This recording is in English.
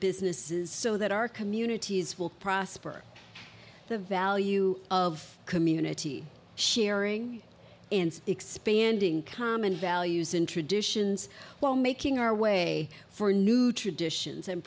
businesses so that our communities will prosper the value of community sharing and expanding common values and traditions while making our way for new traditions and